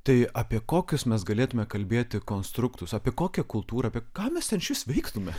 tai apie kokius mes galėtume kalbėti konstruktus apie kokią kultūrą apie ką mes ten išvis veiktume